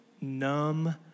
numb